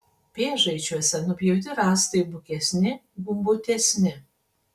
pėžaičiuose nupjauti rąstai bukesni gumbuotesni